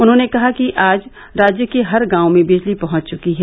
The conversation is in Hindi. उन्होंने कहा कि आज राज्य के हर गांव में बिजली पहंच चुकी है